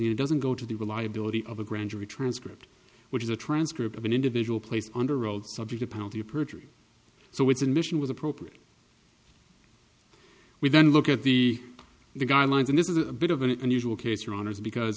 and doesn't go to the reliability of a grand jury transcript which is a transcript of an individual placed under oath subject to penalty of perjury so it's admission was appropriate we then look at the guidelines and this is a bit of an unusual case for honors because